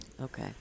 okay